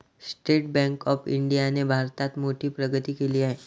state bank of इंडियाने भारतात मोठी प्रगती केली आहे